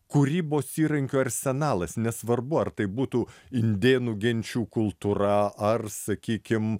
kūrybos įrankių arsenalas nesvarbu ar tai būtų indėnų genčių kultūra ar sakykim